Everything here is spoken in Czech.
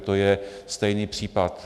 To je stejný případ.